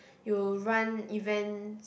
you run events